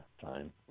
fine